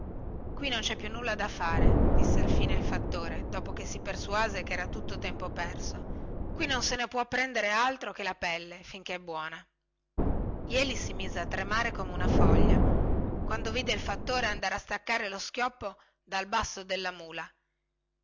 qui non cè più nulla da fare disse alfine il fattore dopo che si persuase che era tutto tempo perso qui non se ne può prendere altro che la pelle sinchè è buona jeli si mise a tremare come una foglia quando vide il fattore andare a staccare lo schioppo dal basto della mula